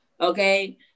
okay